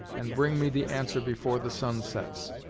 and bring me the answer before the sun sets.